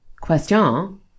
Question